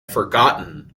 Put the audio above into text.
forgotten